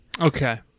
Okay